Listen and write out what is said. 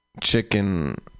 chicken